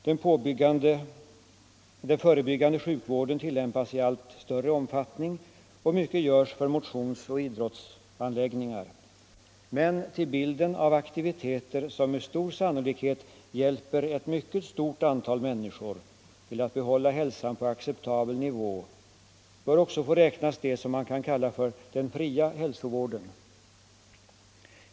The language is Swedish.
Den förebyggande sjukvården tillämpas i allt större omfattning, och mycket görs för motionsoch idrottsanläggningar. Men till bilden av aktiviteter som med stor sannolikhet hjälper ett mycket stort antal människor till att behålla hälsan på acceptabel nivå bör också få räknas det som man kan kalla ”den fria hälsovården”.